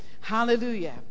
hallelujah